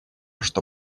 что